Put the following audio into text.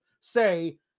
say